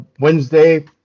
Wednesday